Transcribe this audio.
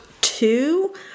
two